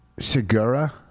Segura